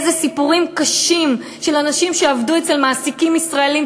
איזה סיפורים קשים של אנשים שעבדו אצל מעסיקים ישראלים,